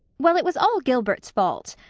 well, it was all gilbert's fault.